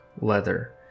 leather